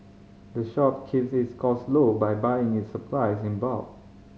the shop keeps its cost low by buying its supplies in bulk